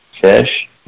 fish